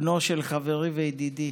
בנו של חברי וידידי